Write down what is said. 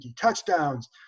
touchdowns